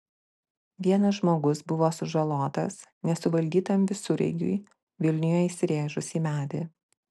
vienas žmogus buvo sužalotas nesuvaldytam visureigiui vilniuje įsirėžus į medį